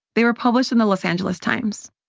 they were published in the los angeles times.